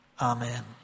Amen